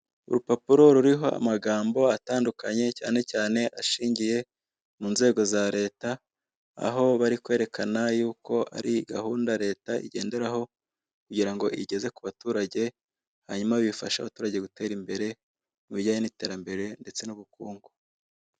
urupapuro ruriho amagambo atandukanye cyanecyane ashingiye mu nzego za leta aho bari kwerekana yuko ari gahunda leta igenderaho kugirango igeze ku baturage hanyuma bifashe abaturage gutera imbere mubijyanye n'iterambere ndetse n'ubukungu.